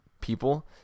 people